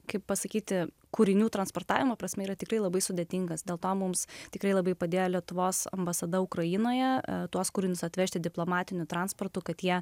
kaip pasakyti kūrinių transportavimo prasme yra tikrai labai sudėtingas dėl to mums tikrai labai padėjo lietuvos ambasada ukrainoje tuos kūrinius atvežti diplomatiniu transportu kad jie